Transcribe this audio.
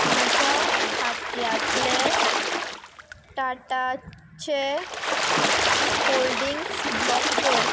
म्हज्या खात्यांतले टाटाचे होल्डिंग्स ब्लॉक कर